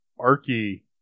Arky